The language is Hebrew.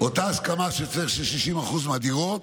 אותה הסכמה שצריך 60% מהדירות,